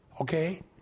Okay